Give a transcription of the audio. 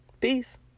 Peace